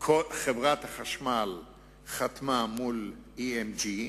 חברת החשמל חתמה עם EMG,